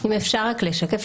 אם אפשר רק לשקף,